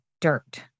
dirt